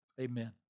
Amen